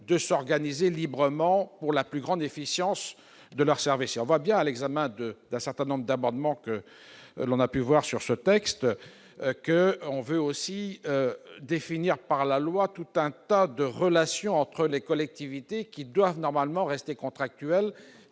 de s'organiser librement, pour la plus grande efficience de leurs services. L'examen d'un certain nombre d'amendements déposés sur ce texte montre que l'on veut aussi définir, par la loi, toute une série de relations entre les collectivités qui doivent normalement rester contractuelles.